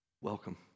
Welcome